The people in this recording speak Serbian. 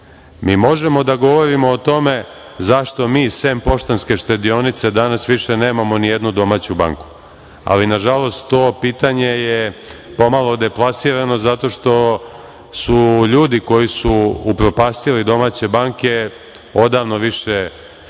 Mi možemo da govorimo o tome zašto mi sem Poštanske štedionice danas više nemamo nijednu domaću banku. Nažalost, to pitanje je pomalo deplasirano zato što ljudi koji su upropastili domaće banke odavno više niti